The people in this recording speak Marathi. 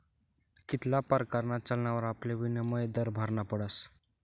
कित्ला परकारना चलनवर आपले विनिमय दर भरना पडस